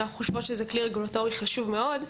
שאנחנו חושבות שזה כלי רגולטורי חשוב מאוד.